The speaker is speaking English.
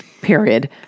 Period